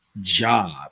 job